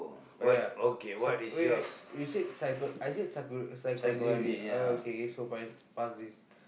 oh ya psy~ wait wait wait you said psycho~ I said psycho~ psychology already oh okay okay so p~ pass this